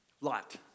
Lot